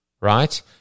right